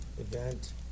event